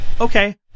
Okay